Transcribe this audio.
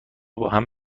باهم